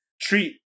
treat